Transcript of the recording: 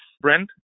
brand